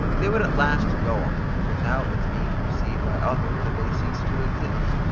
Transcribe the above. they would at last go off, without its being perceived by others that they ceased to exist,